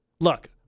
Look